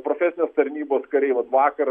profesinės tarnybos kariai vat vakar